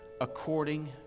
according